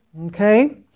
Okay